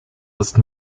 ist